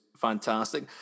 fantastic